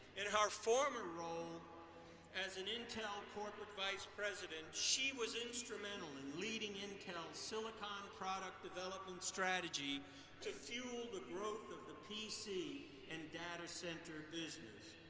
in her former role as an intel corporate vice president, she was instrumental in leading intel's silicon product development strategy to fuel the growth of the pc and data center business.